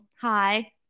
hi